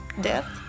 death